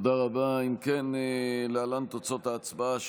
שטרם הצביעו.